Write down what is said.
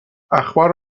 اخبار